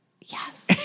Yes